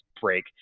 break